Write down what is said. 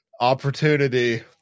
opportunity